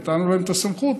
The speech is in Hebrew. נתנו להם את הסמכות,